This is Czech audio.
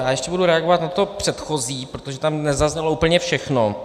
Já ještě budu reagovat na to předchozí, protože tam nezaznělo úplně všechno.